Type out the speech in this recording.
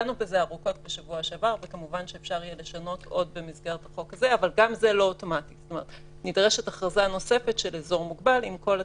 גם זה לא אוטומטי ונדרשת הכרזה נוספת של אזור מוגבל עם כל התנאים.